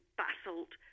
basalt